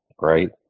right